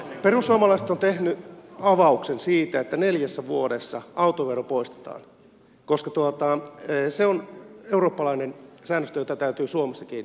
perussuomalaiset ovat tehneet avauksen siitä että neljässä vuodessa autovero poistetaan koska se on eurooppalainen säännöstö jota täytyy suomessakin noudattaa